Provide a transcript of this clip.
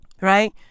Right